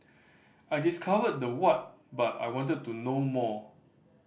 I discovered the what but I wanted to know more